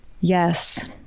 Yes